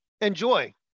Enjoy